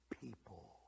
people